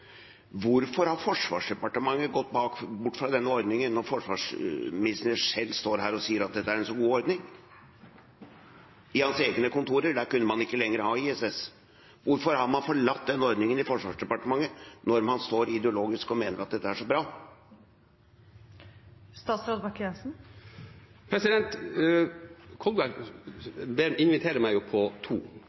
Hvorfor har Forsvarsdepartementet gått bort fra denne ordningen når forsvarsministeren selv står her og sier at dette er en så god ordning? I hans egne kontorer kunne man ikke lenger ha ISS. Hvorfor har man forlatt den ordningen i Forsvarsdepartementet når man ideologisk mener at dette er så bra? Kolberg inviterer meg her til to debatter. Han spurte om det ideologiske synet på